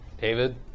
David